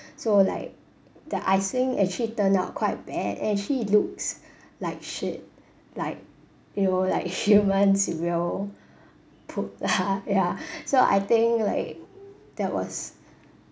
so like the icing actually turn out quite bad actually looks like shit like you know like human's real poop lah ya so I think like that was